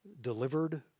delivered